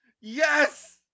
Yes